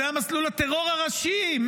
זה היה מסלול הטרור הראשי,